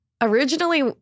originally